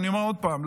אני אומר עוד פעם,